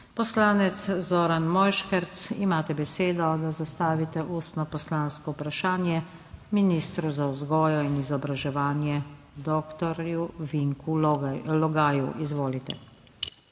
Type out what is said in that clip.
Poslanec Zoran Mojškerc, imate besedo, da zastavite ustno poslansko vprašanje ministru za vzgojo in izobraževanje dr. Vinku Logaju, izvolite.